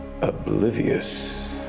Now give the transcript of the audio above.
oblivious